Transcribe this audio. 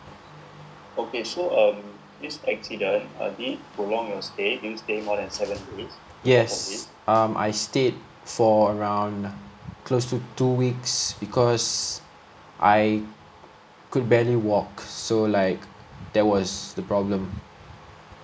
yes um I stayed for around close to two weeks because I could barely walk so like that was the problem